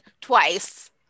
twice